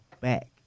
back